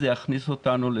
זה יכניס אותנו,